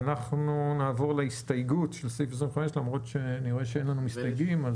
נעבור להסתייגות על סעיף 25 למרות שאני רואה שאין לנו מסתייגים.